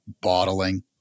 bottling